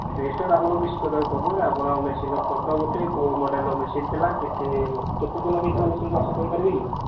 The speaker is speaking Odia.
ରେଷ୍ଟଟା ତ ଆପଣଙ୍କୁ କିଛି କରିବାକୁ ପଡ଼ିବନି ଆପଣଙ୍କ ମେସିନ୍ ଫଟୋ ଗୋଟେ କେଉଁ ମଡ଼େଲ୍ର ମେସିନ୍ ଥିଲା କେତେ କେତେ ଦିନ ହେଇଥିଲା ମେସିନ୍କୁ ଆଶା କହିପାରିବେି